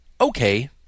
Okay